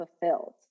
fulfilled